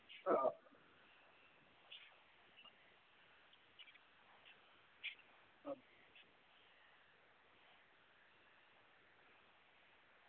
हां